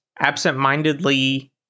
absentmindedly